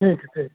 ठीक है ठीक